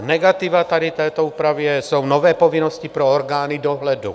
Negativa tady v této úpravě jsou nové povinnosti pro orgány dohledu.